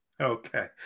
Okay